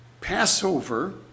Passover